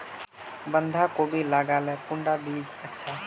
बंधाकोबी लगाले कुंडा बीज अच्छा?